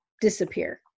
disappear